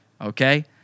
okay